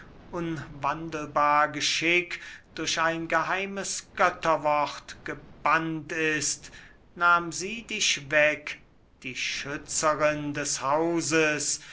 unwandelbar geschick durch ein geheimes götterwort gebannt ist nahm sie dich weg dich schützerin des hauses